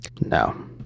No